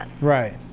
Right